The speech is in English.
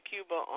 Cuba